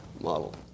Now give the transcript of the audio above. model